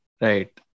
Right